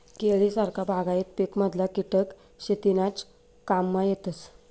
केळी सारखा बागायती पिकमधला किटक शेतीनाज काममा येतस